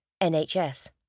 NHS